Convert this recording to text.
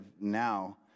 now